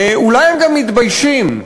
אולי הם גם מתביישים,